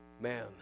man